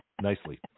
nicely